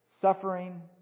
suffering